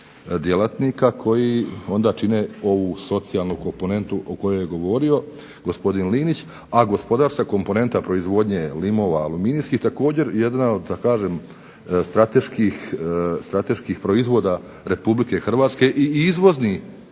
djelatnika, koji onda čine ovu socijalnu komponentu o kojoj je govorio gospodin Linić, a gospodarska komponenta proizvodnje limova aluminijskih također jedna od da kažem strateških proizvoda Republike Hrvatske i izvozna,